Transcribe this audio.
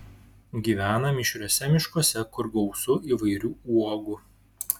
gyvena mišriuose miškuose kur gausu įvairių uogų